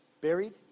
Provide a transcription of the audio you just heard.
buried